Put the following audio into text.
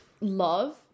love